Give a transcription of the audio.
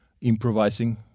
improvising